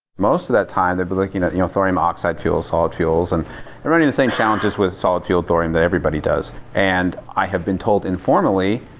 most of that time they've been looking at you know thorium-oxide fuels, solid fuels, and running the same challenges with solid fueled thorium that everybody does. and i have been told informally,